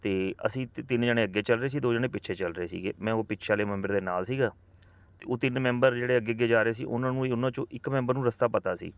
ਅਤੇ ਅਸੀਂ ਤ ਤਿੰਨ ਜਣੇ ਅੱਗੇ ਚੱਲ ਰਹੇ ਸੀ ਦੋ ਜਣੇ ਪਿੱਛੇ ਚੱਲ ਰਹੇ ਸੀਗੇ ਮੈਂ ਉਹ ਪਿੱਛੇ ਵਾਲੇ ਮੈਂਬਰ ਦੇ ਨਾਲ ਸੀਗਾ ਅਤੇ ਉਹ ਤਿੰਨ ਮੈਂਬਰ ਜਿਹੜੇ ਅੱਗੇ ਅੱਗੇ ਜਾ ਰਹੇ ਸੀ ਉਹਨਾਂ ਨੂੰ ਹੀ ਉਹਨਾਂ 'ਚੋਂ ਇੱਕ ਮੈਂਬਰ ਨੂੰ ਰਸਤਾ ਪਤਾ ਸੀ